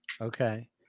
Okay